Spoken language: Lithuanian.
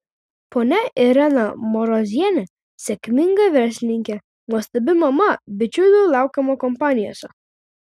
ponia irena marozienė sėkminga verslininkė nuostabi mama bičiulių laukiama kompanijose